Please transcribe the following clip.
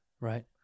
Right